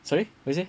sorry what you say